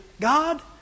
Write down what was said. God